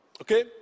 Okay